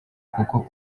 kuko